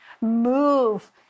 move